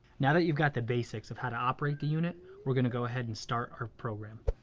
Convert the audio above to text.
now that you've got the basics of how to operate the unit, we're gonna go ahead and start our program.